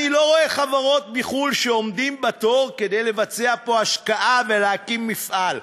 אני לא רואה חברות מחו"ל שעומדות בתור כדי לבצע פה השקעה ולהקים מפעל,